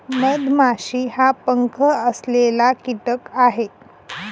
मधमाशी हा पंख असलेला कीटक आहे